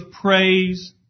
praise